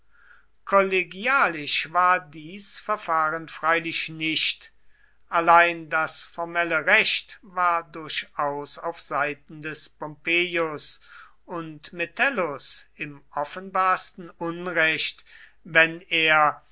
kollegialisch war dies verfahren freilich nicht allein das formelle recht war durchaus auf seiten des pompeius und metellus im offenbarsten unrecht wenn er